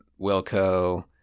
Wilco